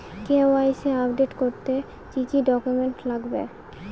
KYC update করতে কি কি ডকুমেন্টস লাগবে?